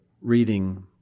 reading